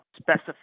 specify